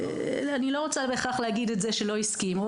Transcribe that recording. אני לא רוצה בהכרח להגיד את זה שלא הסכימו,